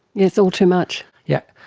it's all too much. yeah